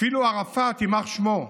אפילו ערפאת, יימח שמו,